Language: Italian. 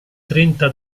trenta